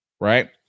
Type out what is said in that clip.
Right